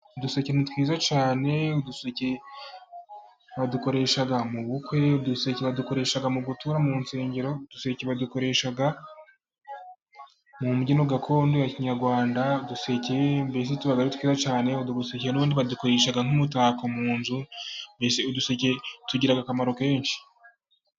Uduseke ni twiza cyane, uduseke badukoresha m'ubukwe, uduseke badukoresha mu gutura mu nsengero, uduseke badukoresha mubyino gakondo ya kinyarwanda, uduseke mbese tuba aru twiza cyane uduseke badukoresha nk'umutako mu nzu, mbese uduseke tugira akamaro kenshi.